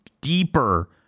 deeper